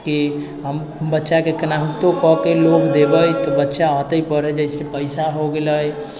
कि हम बच्चाके कोनाहितो कऽ कऽ लोभ देबै तऽ बच्चा अइतै पढ़ऽ जइसे पइसा हो गेलै